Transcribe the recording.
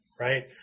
right